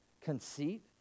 Conceit